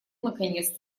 наконец